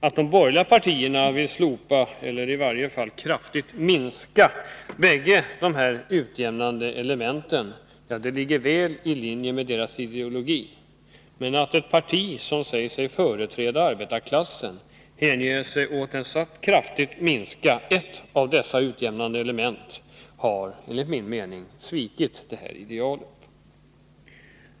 Att de borgerliga partierna vill slopa, eller i varje fall kraftigt minska, bägge dessa utjämnande strävanden ligger i linje med deras ideologi. Det parti som säger sig företräda arbetarklassen men som hänger sig åt att kraftigt minska ett av dessa utjämnande element, har emellertid enligt min mening svikit sina ideal.